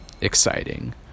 exciting